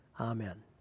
Amen